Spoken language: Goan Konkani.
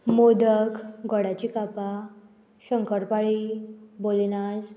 मोदक गोडाची कापां शंकर पाळी बोलिनास